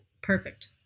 Perfect